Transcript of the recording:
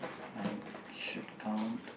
I should count